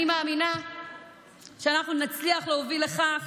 אני מאמינה שאנחנו נצליח להוביל לכך